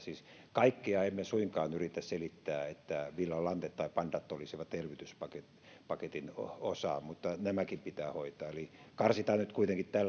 kaikkea emme suinkaan yritä selittää että villa lante tai pandat olisivat elvytyspaketin osa mutta nämäkin pitää hoitaa eli karsitaan nyt kuitenkin